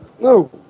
No